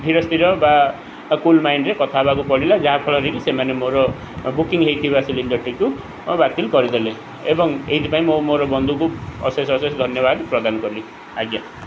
ଧୀର ସ୍ଥିର ବା କୁଲ୍ ମାଇଣ୍ଡରେ କଥା ହେବାକୁ ପଡ଼ିଲା ଯାହାଫଳରେ କିି ସେମାନେ ମୋର ବୁକିଙ୍ଗ ହେଇଥିବା ସିଲିଣ୍ଡରଟିକୁ ବାତିଲ କରିଦେଲେ ଏବଂ ଏଥିପାଇଁ ମୁଁ ମୋର ବନ୍ଧୁକୁ ଅଶେଷ ଅଶେଷ ଧନ୍ୟବାଦ ପ୍ରଦାନ କଲି ଆଜ୍ଞା